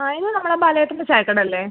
ആ ഇത് നമ്മളെ ബാലേട്ടൻ്റെ ചായക്കട അല്ലേ